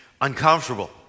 uncomfortable